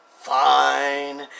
Fine